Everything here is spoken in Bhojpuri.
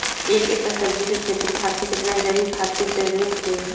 एक एकड़ सब्जी के खेती खातिर कितना जैविक खाद के जरूरत होई?